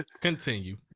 continue